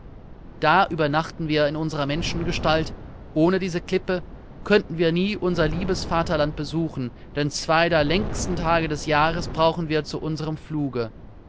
da übernachten wir in unsrer menschengestalt ohne diese klippe könnten wir nie unser liebes vaterland besuchen denn zwei der längsten tage des jahres brauchen wir zu unserm fluge